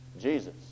Jesus